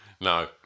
No